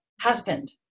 husband